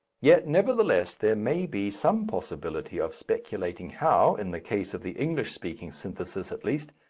yet nevertheless there may be some possibility of speculating how, in the case of the english-speaking synthesis at least,